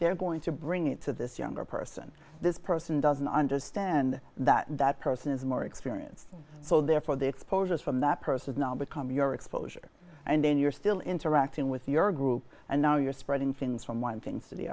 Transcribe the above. they're going to bring it to this younger person this person doesn't understand that that person is more experience so therefore the exposures from that person's now become your exposure and then you're still interacting with your group and now you're spreading things from one thing to the